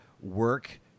work